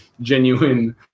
genuine